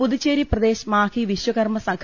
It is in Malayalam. പുതുച്ചേരി പ്രദേശ് മാഹി വിശ്വകർമ്മ സംഘ